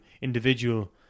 Individual